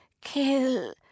kill